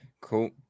Cool